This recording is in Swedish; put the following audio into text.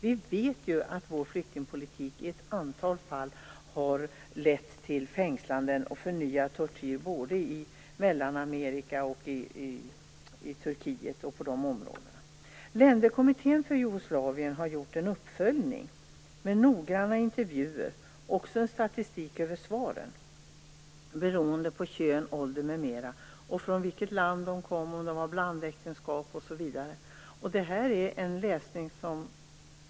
Vi vet ju att vår flyktingpolitik i ett antal fall har lett till fängslanden och förnyad tortyr, både i Mellanamerika, i Turkiet och i andra områden. Länderkommittén för Jugoslavien har gjort en uppföljning med noggranna intervjuer och statistik över svaren med hänsyn till kön, ålder, från vilket land flyktingen kom, om han eller hon ingått blandäktenskap osv.